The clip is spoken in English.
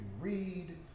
read